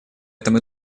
этом